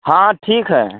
हाँ ठीक है